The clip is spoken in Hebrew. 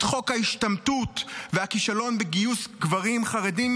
את חוק ההשתמטות והכישלון בגיוס גברים חרדים,